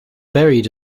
buried